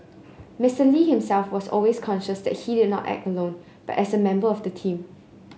Mister Lee himself was always conscious that he did not act alone but as a member of a team